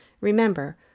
Remember